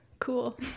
cool